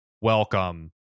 Welcome